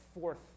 fourth